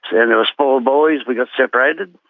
and as small boys we got separated.